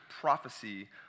prophecy